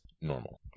normal